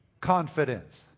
confidence